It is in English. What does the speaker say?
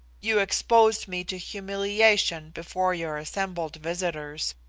you exposed me to humiliation before your assembled visitors,